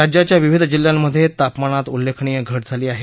राज्याच्या विविध जिल्ह्यांमधे तापमानात उल्लेखनीय घट झाली आहे